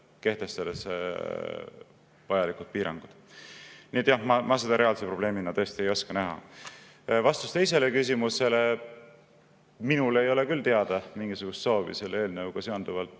kehtestades vajalikud piirangud. Nii et jah, ma seda reaalse probleemina tõesti ei oska näha. Vastus teisele küsimusele: minule ei ole küll teada mingisugust soovi selle eelnõuga seonduvalt